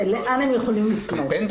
ולאן הם יכולים לפנות.